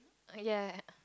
err ya